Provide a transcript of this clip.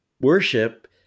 worship